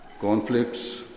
conflicts